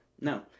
No